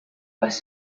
was